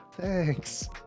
thanks